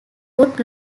good